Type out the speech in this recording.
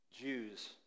Jews